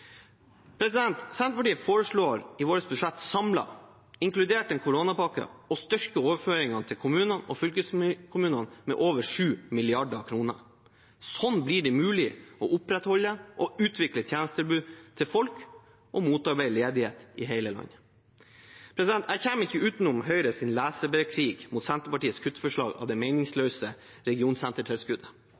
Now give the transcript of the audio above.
Senterpartiet foreslår i sitt budsjett samlet, inkludert koronapakke, å styrke overføringene til kommunene og fylkeskommunene med over 7 mrd. kr. Slik blir det mulig å opprettholde og utvikle tjenestetilbudet til folk og motarbeide ledighet i hele landet. Jeg kommer ikke utenom Høyres leserbrevkrig mot Senterpartiets kuttforslag av det meningsløse regionsentertilskuddet.